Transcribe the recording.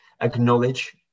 acknowledge